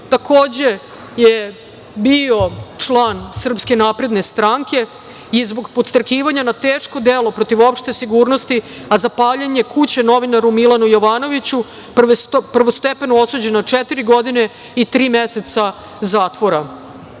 takođe je bio član SNS i zbog podstrekivanja na teško delo protiv opšte sigurnosti, a za paljenje kuće novinaru Milanu Jovanoviću, prvostepeno osuđen na četiri godine i tri meseca zatvora.Za